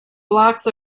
blocks